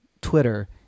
Twitter